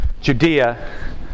Judea